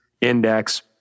index